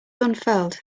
unfurled